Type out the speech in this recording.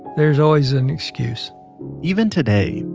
there's always an excuse even today,